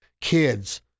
kids